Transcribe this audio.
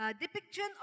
depiction